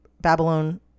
Babylon